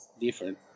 different